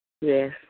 Yes